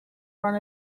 front